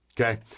okay